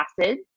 acid